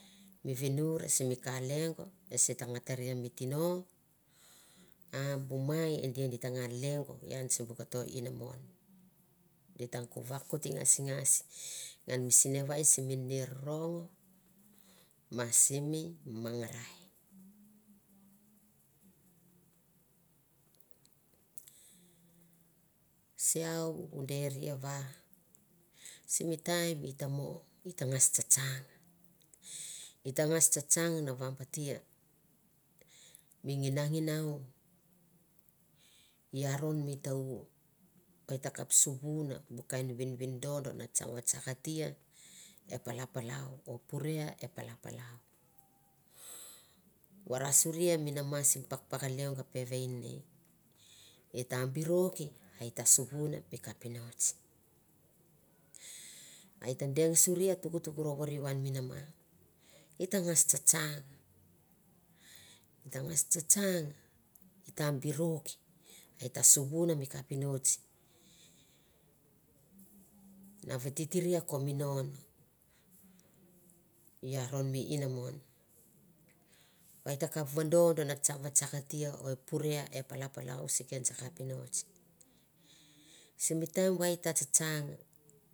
Mi vinura simi ka lengo ese ta nga taria mi tino a bu mai edi di ta nga lengo ian sibu koto inamon di tang ko vakoti ngasi ngasi ngan mi sine vai ni rong ma simi mangana siau u deri va simi taim i ta mo i ta ngas tsatsang i ta ngas tsatang na vabatia mi nginangnou i aron mi tau o i ta kap suvun bu kain vinvindon na tsang vatsaktia e palapalou o pure e palapalau vara souria mi nama simi pakpak lengo a pevain ni i ta i birok a i ta suvuna mi ksuvuna mi kapinotsi a i ta deng suri tuktuk u rovoviu an mi nama i ta ngas tsatsang ta ngas tsatsang i ta birok i ta suvuna mi kapi notsi na vitiria ko minon i aron mi inamon va i ta kap vadon ni tsang vatsakati o pure e palapalau si ken sa kapinotsi simi taim va tsatsang.